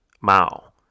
Mao